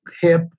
hip